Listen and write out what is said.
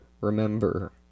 Remember